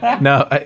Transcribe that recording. no